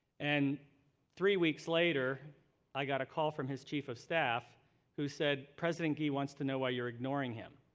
and three weeks later i got a call from his chief of staff who said, president gee wants to know why you're ignoring him.